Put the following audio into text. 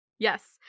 Yes